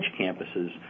campuses